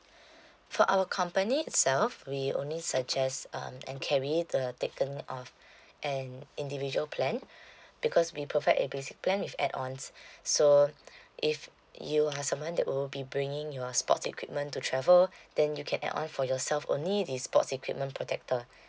for our company itself we only suggest um and carry the taken of an individual plan because we provide a basic plan with add ons so if you are someone that will be bringing your sports equipment to travel then you can add on for yourself only the sports equipment protector